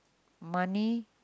money